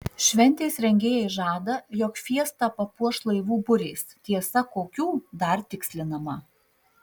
šventės rengėjai žada jog fiestą papuoš laivų burės tiesa kokių dar tikslinama